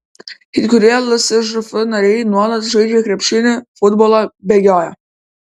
kai kurie lsžf nariai nuolat žaidžia krepšinį futbolą bėgioja